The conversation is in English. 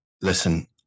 listen